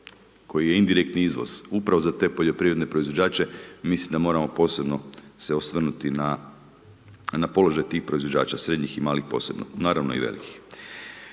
koji je indirektni izvoz, upravo za te poljoprivredne proizvođače, mislim da moramo posebno se osvrnuti na položaj tih proizvođača, srednjih i malih posebno, naravno i velikih.